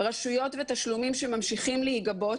רשויות ותשלומים שממשיכים להיגבות.